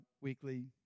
weekly